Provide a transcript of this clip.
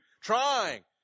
trying